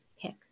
pick